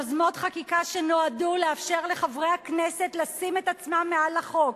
יוזמות חקיקה שנועדו לאפשר לחברי כנסת לשים את עצמם מעל החוק.